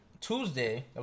Tuesday